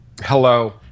Hello